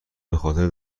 بخاطر